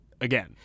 again